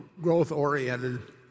growth-oriented